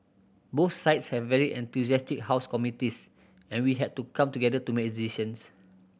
both sides have very enthusiastic house committees and we had to come together to make decisions